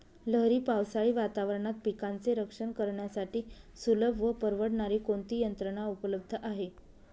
लहरी पावसाळी वातावरणात पिकांचे रक्षण करण्यासाठी सुलभ व परवडणारी कोणती यंत्रणा उपलब्ध आहे?